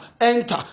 Enter